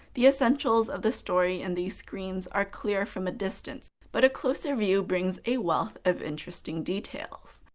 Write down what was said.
the essentials of the story in these screens are clear from a distance, but a closer view brings a wealth of interesting details.